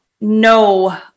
no